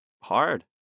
hard